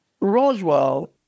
Roswell